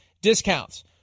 discounts